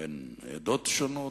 בין עדות שונות,